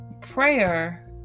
prayer